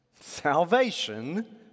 Salvation